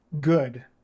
good